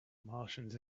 martians